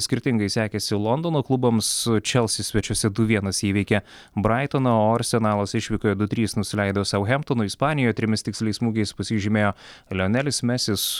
skirtingai sekėsi londono klubams čelsi svečiuose du vienas įveikė braitoną o arsenalas išvykoje du trys nusileido sauhemptonui ispanijoje trimis tiksliais smūgiais pasižymėjo leonelis mesis